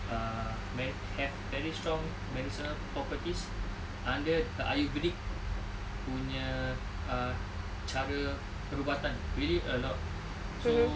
uh have very strong medicinal properties under ayurvedic punya uh cara perubatan really a lot so